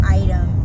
item